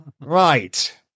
Right